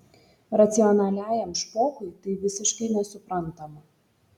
racionaliajam špokui tai visiškai nesuprantama